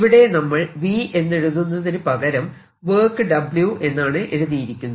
ഇവിടെ നമ്മൾ V എന്നെഴുതുന്നതിനു പകരം വർക്ക് W എന്നാണ് എഴുതിയിരിക്കുന്നത്